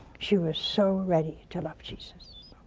she was so ready to love jesus.